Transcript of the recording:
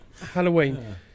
Halloween